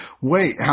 wait